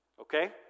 Okay